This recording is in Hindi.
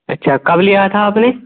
अच्छा कब लिया था आप ने